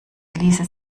ließe